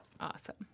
Awesome